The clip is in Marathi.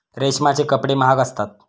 रेशमाचे कपडे महाग असतात